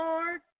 Lord